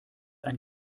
ein